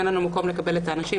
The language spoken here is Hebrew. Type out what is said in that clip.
אין לנו מקום לקבל את האנשים.